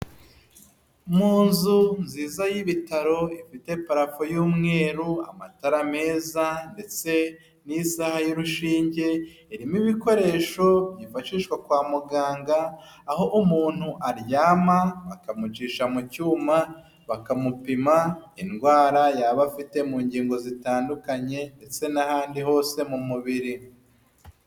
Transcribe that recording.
Mu nzu nziza y'ibitaro, ifite parafo y'umweru amatara meza ndetse n'isaha y'urushinge, irimo ibikoresho byifashishwa kwa muganga, aho umuntu aryama bakamucisha mu cyuma, bakamupima indwara yaba afite mu ngingo zitandukanye, ndetse n'ahandi hose mu mubiri.